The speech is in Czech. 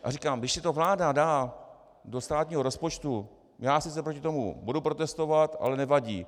A říkám, když si to vláda dá do státního rozpočtu, já sice proti tomu budu protestovat, ale nevadí.